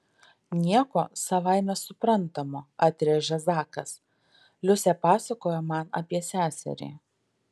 nieko savaime suprantamo atrėžė zakas liusė pasakojo man apie seserį